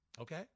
Okay